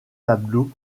tableau